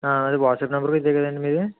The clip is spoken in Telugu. అది వాట్సప్ నంబర్ కూడా ఇదే కదండి మీది